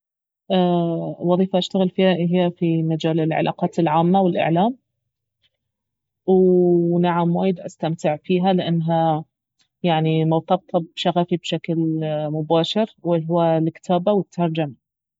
وظيفة اشتغل فيها اهي في مجال العلاقات العامة والاعلام و نعم وايد استمتع فيها لانها يعني مرتبطة بشغفي بشكل مباشر وهو الكتابة والترجمة